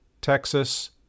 Texas